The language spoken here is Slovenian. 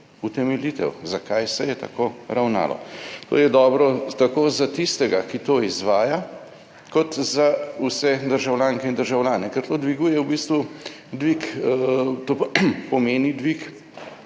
utemeljitev, zakaj se je tako ravnalo. To je dobro tako za tistega, ki to izvaja kot za vse državljanke in državljane, ker to dviguje v bistvu dvig,